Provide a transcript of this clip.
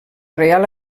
reial